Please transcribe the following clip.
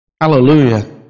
Hallelujah